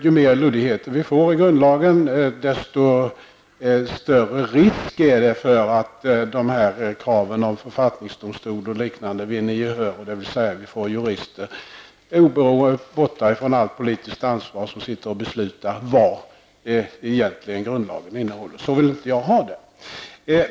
Ju mer luddigheter det finns i grundlagen, desto större risk är det att kraven på författningsdomstol och liknande vinner gehör, dvs. vi får jurister som borta från allt politiskt ansvar sitter och beslutar vad grundlagen egentligen innehåller. Så vill inte jag ha det.